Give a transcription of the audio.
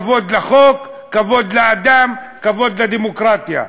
כבוד לחוק, כבוד לאדם, כבוד לדמוקרטיה.